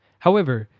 however,